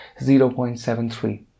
0.73